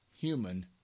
human